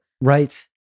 Right